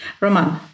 Roman